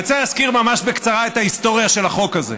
אני רוצה להזכיר ממש בקצרה את ההיסטוריה של החוק הזה: